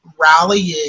rallying